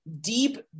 deep